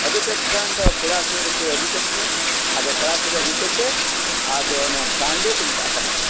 ᱟᱹᱜᱩᱠᱮᱫ ᱠᱷᱟᱱᱫᱚ ᱫᱚ ᱠᱚᱲᱟ ᱥᱮᱫ ᱨᱮᱠᱚ ᱟᱹᱜᱩᱠᱮᱫ ᱠᱚᱣᱟ ᱟᱫᱚ ᱠᱚᱲᱟ ᱥᱮᱫ ᱨᱮ ᱟᱹᱜᱩ ᱠᱟᱛᱮᱫ ᱟᱫᱚ ᱚᱱᱮ ᱜᱟᱸᱰᱚ ᱠᱚ ᱢᱮᱛᱟᱜ ᱠᱟᱱᱟ